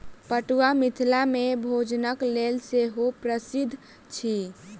पटुआ मिथिला मे भोजनक लेल सेहो प्रसिद्ध अछि